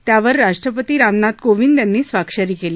त्यावर राष्ट्रपती रामनाथ कोविद यांनी स्वाक्षरी केली